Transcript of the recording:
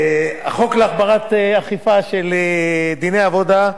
החוק להגברת האכיפה של דיני העבודה,